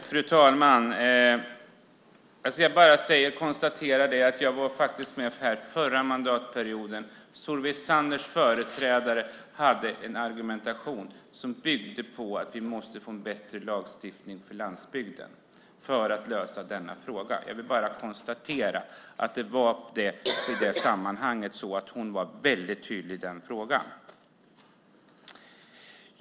Fru talman! Jag bara konstaterar att jag faktiskt var med här den förra mandatperioden, när Solveig Zanders företrädare hade en argumentation som byggde på att vi måste få en bättre lagstiftning för landsbygden för att lösa denna fråga. Jag vill bara konstatera att hon i det sammanhanget var väldigt tydlig.